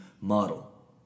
model